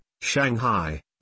Shanghai